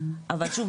אבל שוב,